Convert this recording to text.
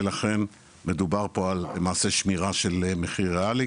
ולכן מדובר פה על למעשה שמירה של מחיר ריאלי,